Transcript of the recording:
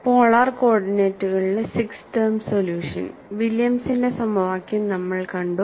polar കോർഡിനേറ്റുകളിലെ six term solution വില്യംസിന്റെ സമവാക്യം നമ്മൾ കണ്ടു